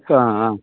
ஆ ஆ